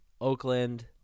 Oakland